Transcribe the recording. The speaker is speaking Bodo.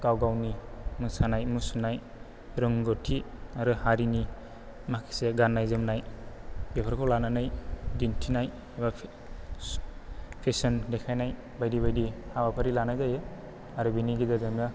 गाव गावनि मोसानाय मुसुरनाय रोंगौथि आरो हारिनि माखासे गान्नाय जोमनाय बेफोरखौ लानानै दिन्थिनाय एबा फेसन देखायनाय बायदि बायदि हाबाफारि लानाय जायो आरो बेनि गेजेरजोंनो